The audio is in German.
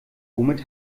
womit